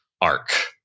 arc